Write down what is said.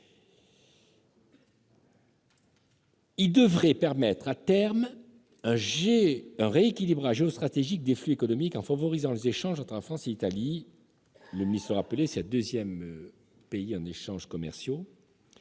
Il devrait permettre à terme un rééquilibrage géostratégique des flux économiques, en favorisant les échanges entre la France et l'Italie- notre deuxième partenaire en termes d'échanges commerciaux